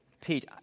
Pete